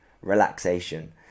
Relaxation